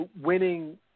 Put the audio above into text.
winning